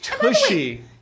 Tushy